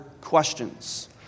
questions